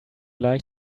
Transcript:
like